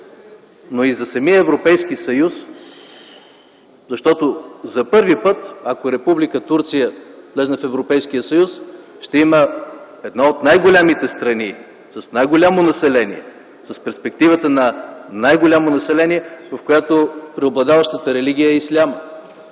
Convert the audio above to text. но и за самия Европейски съюз. Защото ако Република Турция влезе, Европейският съюз за първи път ще има една от най-големите страни с най-голямо население, с перспективата на най-голямо население, в която преобладаващата религия е ислямът